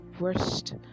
worst